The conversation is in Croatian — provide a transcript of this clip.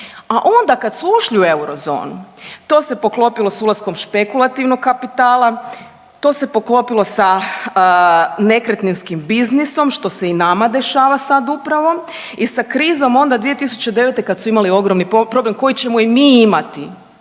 A onda kad su ušli u eurozonu to se poklopilo sa ulaskom špekulativnog kapitala, to se poklopilo sa nekretninskim biznisom što se i naša dešava upravo i sa krizom onda 2009. kad su imali ogromni problem koji ćemo i mi imati